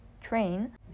train